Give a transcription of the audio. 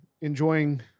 enjoying